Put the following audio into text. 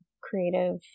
creative